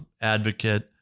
advocate